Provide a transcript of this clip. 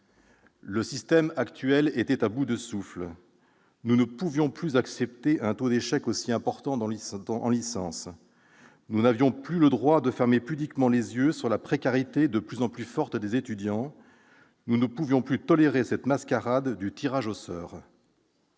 Le système actuel est à bout de souffle. Nous ne pouvions plus accepter un taux d'échec aussi important en licence. Nous n'avions plus le droit de fermer pudiquement les yeux sur la précarité de plus en plus forte des étudiants. Nous ne pouvions plus tolérer cette mascarade du tirage au sort.